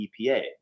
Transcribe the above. EPA